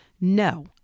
No